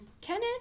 Kenneth